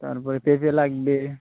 তার পরে পেঁপে লাগবে